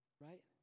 Right